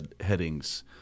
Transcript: headings